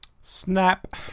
Snap